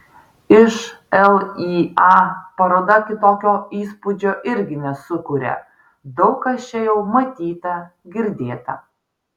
ši lya paroda kitokio įspūdžio irgi nesukuria daug kas čia jau matyta girdėta